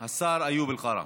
השר איוב קרא.